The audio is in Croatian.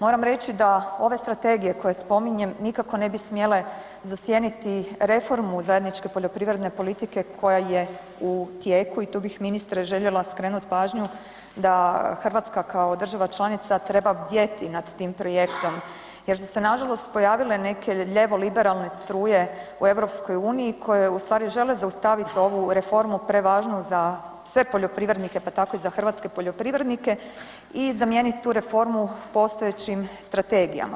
Moram reći da ove strategije koje spominjem nikako ne bi smjele zasjeniti reformu zajedničke poljoprivredne politike koja je u tijeku i tu bih ministre željela skrenuti pažnju da Hrvatska kao država članica treba bdjeti nada tim projektom jer su se nažalost pojavile neke lijevo liberalne struje u EU koje u stvari žele zaustaviti ovu reformu prevažnu za sve poljoprivrednike, pa tako i za hrvatske poljoprivrednike i zamijeniti tu reformu postojećim strategijama.